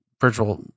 virtual